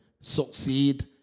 succeed